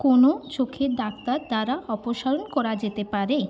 কোনো চোখের ডাক্তার দ্বারা অপসারণ করা যেতে পারে